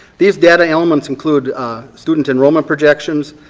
these data elements include student enrollment projections,